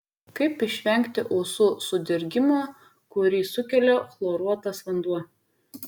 kaip išvengti ausų sudirgimo kurį sukelia chloruotas vanduo